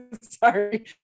Sorry